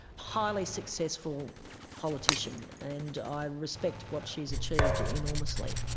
highly successful politician, and i respect what she's achieved enormously.